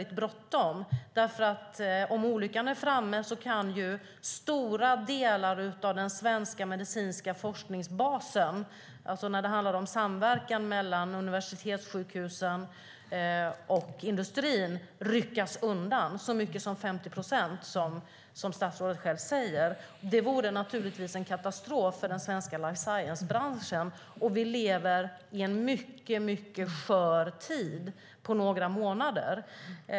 Det är bråttom, för om olyckan är framme kan stora delar av den svenska medicinska forskningsbasen, alltså samverkan mellan universitetssjukhus och industri, ryckas undan. Det handlar om så mycket som 50 procent, vilket statsrådet själv säger. Det vore en katastrof för den svenska life science-branschen, och vi lever i en mycket skör tid på några månader.